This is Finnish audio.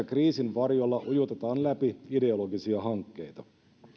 kriisin varjolla ujutetaan läpi ideologisia hankkeita